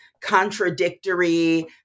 contradictory